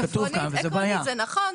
עקרונית זה נכון.